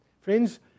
Friends